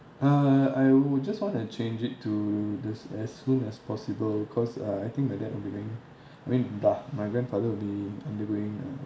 ah I would just want to change it to this as soon as possible cause uh I think my dad will be going I mean my grandfather would be undergoing a